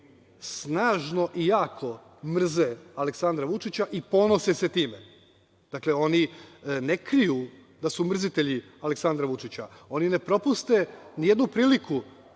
snažno i jako mrze Aleksandra Vučića i ponose se time. Dakle, oni ne kriju da su mrzitelji Aleksandra Vučića, oni ne propuste ni jednu priliku